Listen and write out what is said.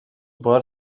بار